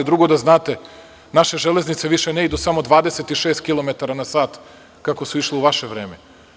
Drugo, da znate da naše železnice više ne idu samo 26 km na sat kako su išle u vaše vreme.